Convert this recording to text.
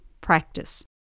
practice